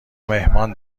مهمان